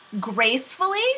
gracefully